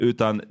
Utan